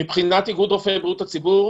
מבחינת איגוד רופאי הציבור,